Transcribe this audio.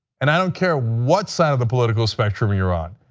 and i don't care what side of the political spectrum you are on.